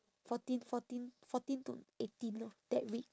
fourteen fourteen fourteen to eighteen lor that week